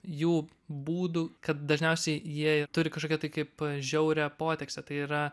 jų būdų kad dažniausiai jie turi kažkokią tai kaip žiaurią potekstę tai yra